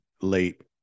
late